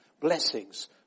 blessings